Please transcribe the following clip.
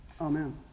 Amen